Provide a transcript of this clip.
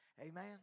Amen